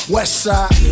Westside